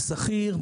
שכיר,